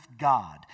God